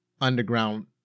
underground